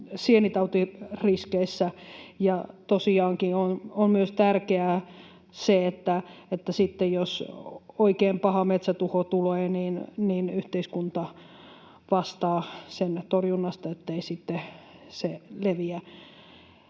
sienitautiriskeissä. Ja tosiaankin on tärkeää myös se, että sitten jos oikein paha metsätuho tulee, niin yhteiskunta vastaa sen torjunnasta, ettei se sitten